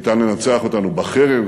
ניתן לנצח אותנו בחרב,